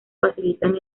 facilitan